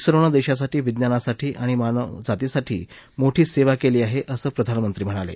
झिोनं देशासाठी विज्ञानासाठी आणि मानवजातीसाठी मोठी सेवा केली आहे असं प्रधानमंत्री म्हणाले